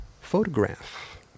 photograph